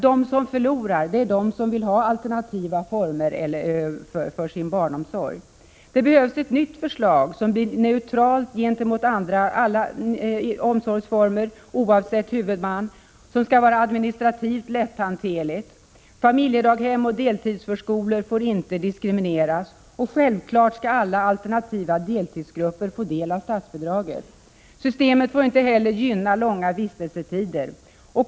De som förlorar är de som vill ha alternativa former för sin barnomsorg. Det behövs ett nytt förslag som blir neutralt gentemot alla omsorgsformer, oavsett huvudman. Systemet skall vara administrativt lätthanterligt. Familjedaghem och deltidsförskolor får inte diskrimineras. Självfallet skall alla alternativa deltidsgrupper få del av statsbidraget. Systemet får inte heller gynna långa vistelsetider.